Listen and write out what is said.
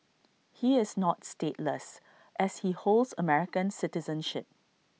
he is not stateless as he holds American citizenship